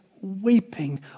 weeping